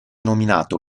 nominato